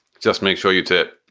just make sure you tip.